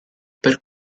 per